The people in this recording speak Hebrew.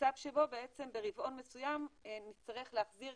מצב שבו בעצם ברבעון מסוים נצטרך להחזיר